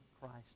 Christ